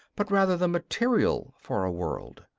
but rather the material for a world.